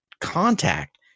contact